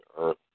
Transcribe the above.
earth